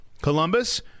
Columbus